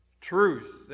truth